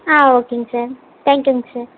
ஆ ஓகேங்க சார் தேங்க்யூங்க சார்